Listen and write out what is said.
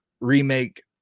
remake